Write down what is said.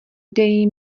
dej